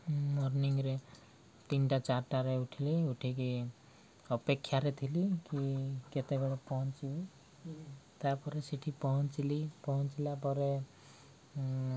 ମର୍ନିଂରେ ତିନିଟା ଚାରିଟାରେ ଉଠିଲି ଉଠିକି ଅପେକ୍ଷାରେ ଥିଲି କି କେତେବେଳେ ପହଞ୍ଚିବି ତାପରେ ସେଠି ପହଞ୍ଚିଲି ପହଞ୍ଚିଲା ପରେ